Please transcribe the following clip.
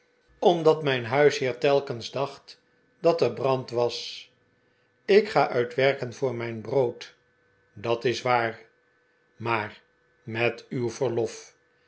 omdat mijn jonas weggeleid huisheer telkens dacht dat er brand was ik ga uit werken voor mijn brood dat is waar maar met uw verlof